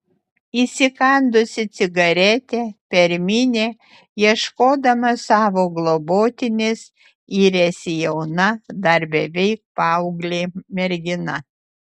įsikandusi cigaretę per minią ieškodama savo globotinės yrėsi jauna dar beveik paauglė mergina